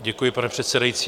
Děkuji, pane předsedající.